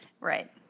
Right